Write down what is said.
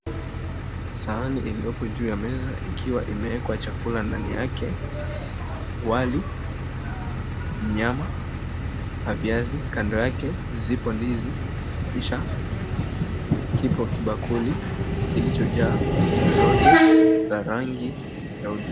Sahani iliyopo juu ya meza ikiwa imewekwa chakula ndani yake wali, nyama, na viazi. Kando yake zipo ndizi kisha kipo kibakuli kilichojaa rojo la rangi ya mti.